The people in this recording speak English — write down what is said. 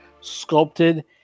sculpted